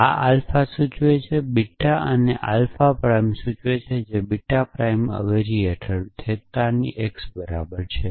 આ આલ્ફાસૂચવે છે બીટા અને આ આલ્ફાપ્રાઇમ સૂચવે છે બીટા પ્રાઈમ અવેજી હેઠળ થેટા x ની બરાબર છે